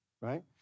right